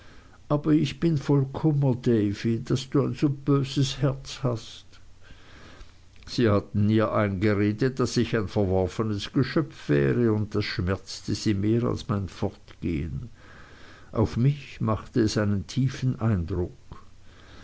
aber ich bin voll kummer davy daß du ein so böses herz hast sie hatten ihr eingeredet daß ich ein verworfenes geschöpf wäre und das schmerzte sie mehr als mein fortgehen auf mich machte es einen tiefen eindruck